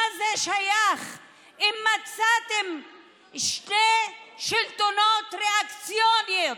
מה זה שייך אם מצאתם שני שלטונות ריאקציוניים